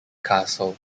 castle